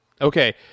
Okay